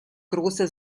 große